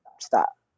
Stop